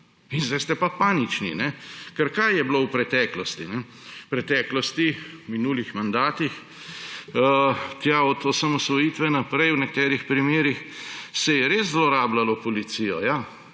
In zdaj ste pa panični. Ker kaj je bilo v preteklosti? V preteklosti, v minulih mandatih, od osamosvojitve naprej se je v nekaterih primerih res zlorabljalo policijo. Saj